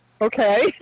Okay